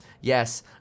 yes